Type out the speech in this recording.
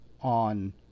on